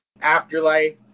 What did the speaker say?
afterlife